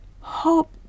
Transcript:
hope